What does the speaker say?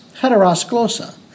heterosclosa